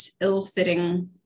ill-fitting